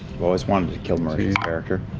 always wanted to kill marisha's character.